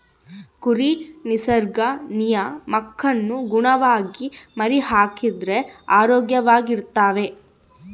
ಕುರಿ ನಿಸರ್ಗ ನಿಯಮಕ್ಕನುಗುಣವಾಗಿ ಮರಿಹಾಕಿದರೆ ಆರೋಗ್ಯವಾಗಿರ್ತವೆ